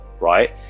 right